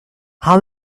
how